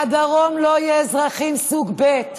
והדרום לא יהיה של אזרחים סוג ב'.